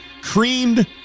creamed